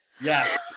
Yes